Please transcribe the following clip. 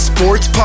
Sports